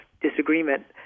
disagreement